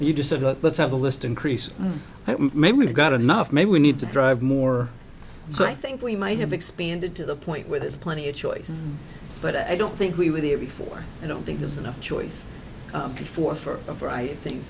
you just said look let's have a list increase maybe we've got enough maybe we need to drive more so i think we might have expanded to the point where there's plenty of choices but i don't think we were there before i don't think there's enough choice before for a variety of things